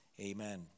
Amen